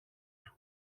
του